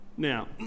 Now